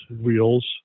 wheels